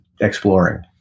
exploring